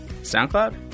SoundCloud